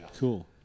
Cool